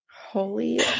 Holy